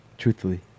Truthfully